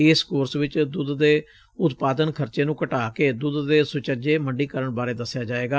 ਇਸ ਕੋਰਸ ਵਿਚ ਦੁੱਧ ਦੇ ਉਤਪਾਦਨ ਖਰਚੇ ਨੂੰ ਘਟਾ ਕੇ ਦੁੱਧ ਦੇ ਸੁਚੱਜੇ ਮੰਡੀਕਰਨ ਬਾਰੇ ਦਸਿਆ ਜਾਏਗਾ